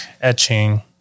etching